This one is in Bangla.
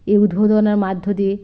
এই উদ্ভাবনার মধ্য দিয়ে